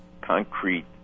concrete